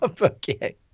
Okay